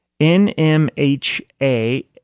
NMHA